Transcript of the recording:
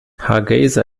hargeysa